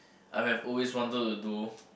I may have always wanted to do